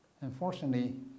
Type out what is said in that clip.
Unfortunately